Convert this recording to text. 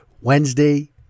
Wednesday